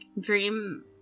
dream